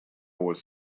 was